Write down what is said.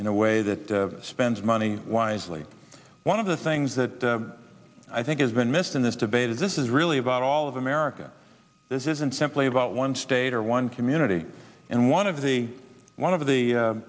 in a way that spends money wisely one of the things that i think has been missed in this debate is this is really about all of america this isn't simply about one state or one community and one of the one of